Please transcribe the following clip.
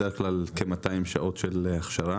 בדרך כלל מדובר בכ-200 שעות של הכשרה,